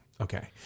Okay